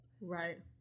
right